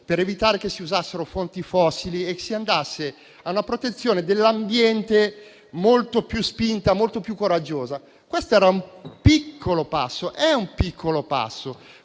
per evitare che si usassero fonti fossili e per procedere a una protezione dell'ambiente molto più spinta, molto più coraggiosa. Questo era ed è un piccolo passo,